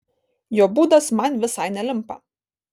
jo būdas man visai nelimpa